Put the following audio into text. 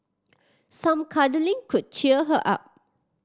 some cuddling could cheer her up